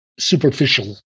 superficial